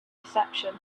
reception